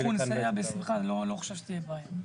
אנחנו נסייע בשמחה, אני לא חושב שתהיה בעיה.